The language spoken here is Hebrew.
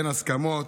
אין הסכמות.